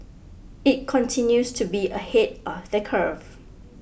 it continues to be ahead of the curve